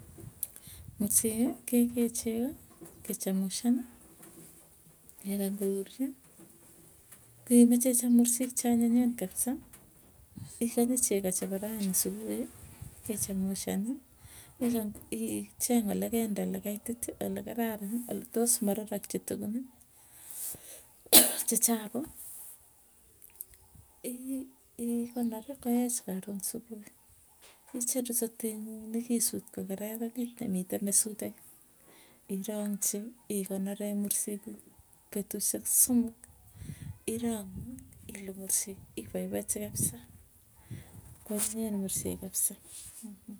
Mursiki kekee chego, kechamushani kekany kouryo koimeche ichop mursik cheanyinyen kapsa. Ichope chegoo chepo ranii supui, kechemushani igany icheng olekende lekaitit olekararani oletos mararokchi tuguni, che chapu, i- ikonor koech karon supui, icheru sotengung nikisut kokararanit nemmite nesutek, ironchi ikonoree mursikuuk petusiek somok. Irong'u iluu mursik ipaipachi kabsaa. Kwanyinyen mursik kapsa.